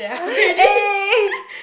eh